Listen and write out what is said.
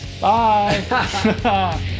Bye